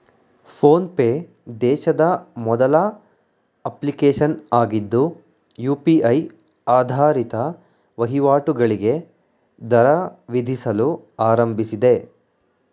phone pay ದೇಶದ ಮೊದಲ application ಆಗಿದ್ದು ಯು.ಪಿ.ಐ ಆಧಾರಿತ ವಹಿವಾಟುಗಳಿಗೆ ದರ ವಿಧಿಸಲು ಆರಂಭಿಸಿದೆ